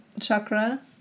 chakra